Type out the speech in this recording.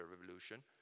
revolution